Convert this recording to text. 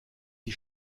die